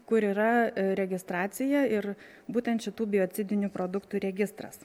kur yra registracija ir būtent šitų biocidinių produktų registras